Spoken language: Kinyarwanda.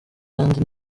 kandi